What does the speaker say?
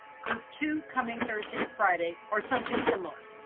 group two coming thursday and friday, or something similar?